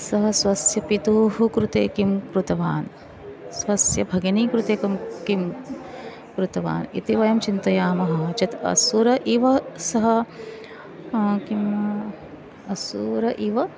सः स्वस्य पितुः कृते किं कृतवान् स्वस्य भगनी कृते किं किं कृतवान् इति वयं चिन्तयामः चेत् असुरः इव सः किम् असूरः इव